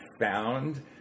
found